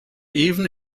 even